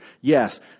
Yes